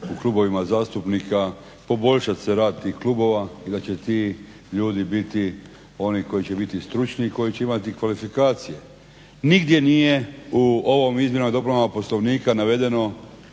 u klubovima zastupnika poboljšat se rad tih klubova i da će ti ljudi biti oni koji će biti stručni i koji će imati kvalifikacije. Nigdje nije u ovom izmjenama i dopunama Poslovnika navedeno